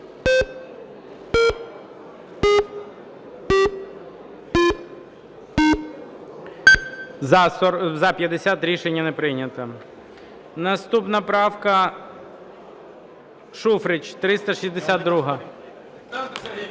За-50 Рішення не прийнято. Наступна правка, Шуфрич, 362.